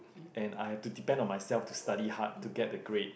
and I had to depend on myself to study hard to get the great